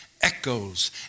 echoes